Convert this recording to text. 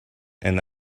and